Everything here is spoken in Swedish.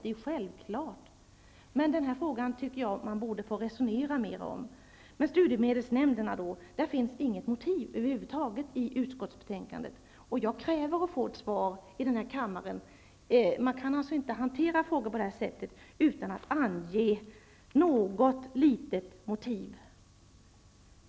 Det är självklart. Jag tycker att vi borde få resonera mer om den här frågan. När det gäller studiemedelsnämnderna finns det över huvud taget inget motiv i utskottsbetänkandet. Jag kräver att få ett svar i denna kammare. Man kan inte hantera frågor på det här sättet utan att ange något litet motiv.